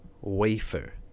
wafer